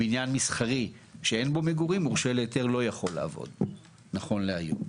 בניין מסחרי שאין בו מגורים מורשה להיתר לא יכול לעבוד נכון להיום.